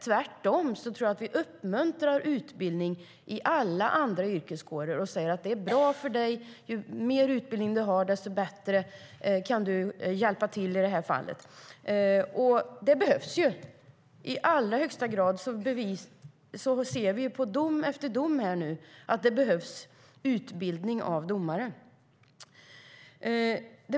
Tvärtom tror jag att vi uppmuntrar utbildning i alla andra yrkeskårer och säger: Det är bra för dig. Ju mer utbildning du har desto bättre kan du hjälpa till i det här fallet. Detta behövs. Vi ser i allra högsta grad i dom efter dom att det behövs utbildning av domare.